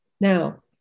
Now